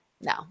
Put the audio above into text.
no